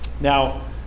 Now